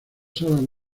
salas